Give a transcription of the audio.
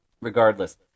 regardless